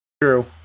true